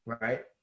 right